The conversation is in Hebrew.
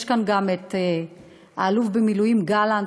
כאן גם האלוף במילואים גלנט,